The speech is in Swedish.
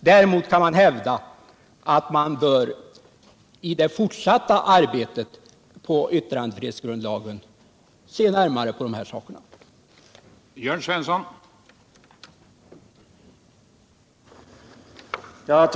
Däremot kan man hävda att man i det fortsatta arbetet på tryckfrihetslagstiftningens område bör se närmare på detta.